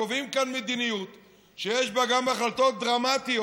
קובעים כאן מדיניות שיש בה גם החלטות דרמטיות,